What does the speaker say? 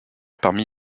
parmi